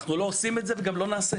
אנחנו לא עושים את זה וגם לא נעשה.